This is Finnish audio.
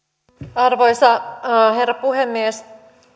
arvoisa herra puhemies